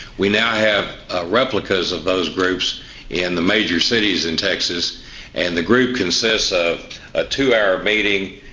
we now have ah replicas of those groups in the major cities in texas and the group consists of a two-hour meeting.